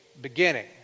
beginning